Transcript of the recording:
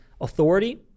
authority